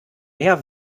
mehr